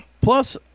Plus